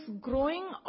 growing